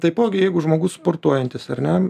taipogi jeigu žmogus sportuojantis ar ne